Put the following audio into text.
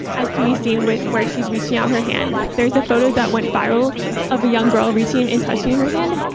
as can be seen where where she's reaching out her hand. there's a photo that went viral of a young girl reaching and touching her hand,